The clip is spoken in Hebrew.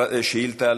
שאילתה